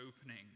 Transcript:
opening